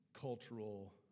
cultural